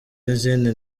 n’izindi